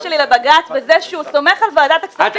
שלי לבג"ץ בזה שהוא סומך על ועדת הכספים,